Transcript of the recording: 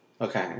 Okay